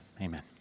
Amen